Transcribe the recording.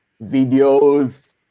videos